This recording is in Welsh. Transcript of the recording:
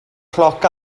cloc